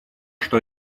что